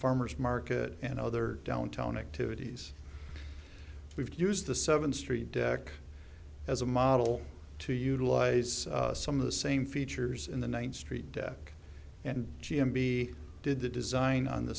farmer's market and other downtown activities we've used the seven st dec as a model to utilize some of the same features in the ninth street deck and g m b did the design on the